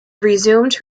resumed